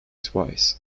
twice